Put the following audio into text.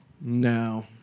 No